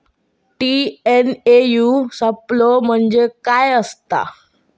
TNAU सापलो म्हणजे काय असतां?